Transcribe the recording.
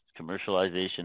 commercialization